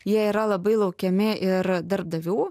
jie yra labai laukiami ir darbdavių